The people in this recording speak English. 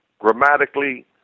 grammatically